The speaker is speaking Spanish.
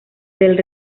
del